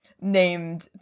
named